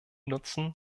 nutzen